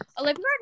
Olivia